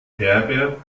herbert